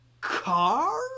car